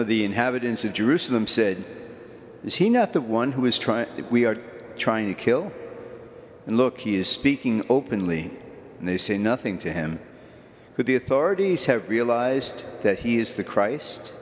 of the inhabitants of jerusalem said is he not the one who is trying we are trying to kill and look he is speaking openly and they say nothing to him but the authorities have realized that he is the christ